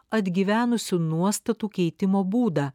atgyvenusių nuostatų keitimo būdą